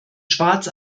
schwarz